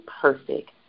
perfect